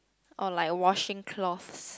or like washing clothes